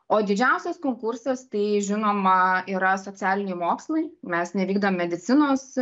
o didžiausias konkursas tai žinoma yra socialiniai mokslai mes nevykdom medicinos